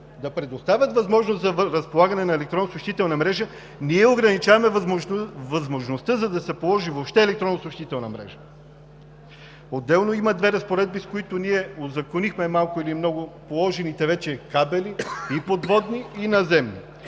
да предоставят възможност за разполагане на електронно съобщителна мрежа, ние ограничаваме възможността, за да се положи въобще електронно съобщителна мрежа. Отделно, има две разпоредби, с които ние узаконихме малко или много положените вече кабели – и подводни, и наземни.